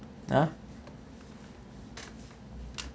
ah